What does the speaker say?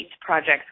projects